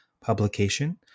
publication